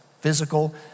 physical